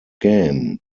game